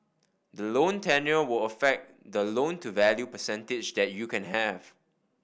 the loan tenure will affect the loan to value percentage that you can have